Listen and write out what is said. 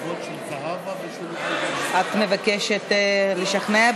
לא, את מבקשת לשכנע?